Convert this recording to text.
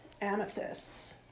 amethysts